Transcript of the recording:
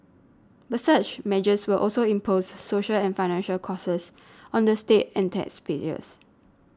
but such measures will also impose social and financial costs on the state and taxpayers